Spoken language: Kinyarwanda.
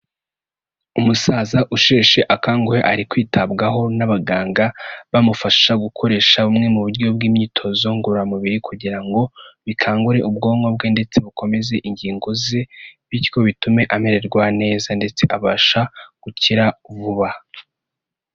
Umusaza usheshe akanguhe ari kwitabwaho n'abaganga, bamufasha gukoresha bumwe mu buryo bw'imyitozo ngororamubiri, kugira ngo bikangure ubwonko bwe ndetse bukomeze ingingo ze, bityo bitume amererwa neza ndetse abasha gukira vuba.